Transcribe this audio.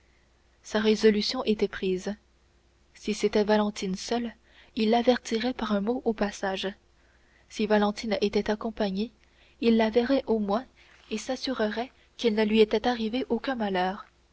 sa résolution était prise si c'était valentine seule il l'avertirait par un mot au passage si valentine était accompagnée il la verrait au moins et s'assurerait qu'il ne lui était arrivé aucun malheur